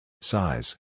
Size